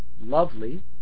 lovely